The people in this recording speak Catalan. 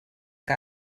que